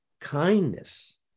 kindness